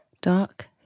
Dark